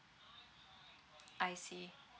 I see